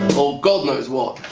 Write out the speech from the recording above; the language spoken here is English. or god knows what.